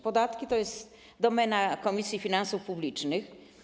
Podatki to jest domena Komisji Finansów Publicznych.